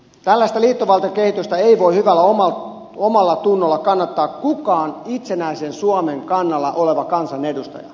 tällaista liittovaltiokehitystä ei voi hyvällä omallatunnolla kannattaa kukaan itsenäisen suomen kannalla oleva kansanedustaja